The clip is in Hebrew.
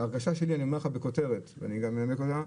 אגיד בכותרת את ההרגשה שלי, וגם אנמק אותה,